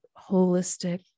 holistic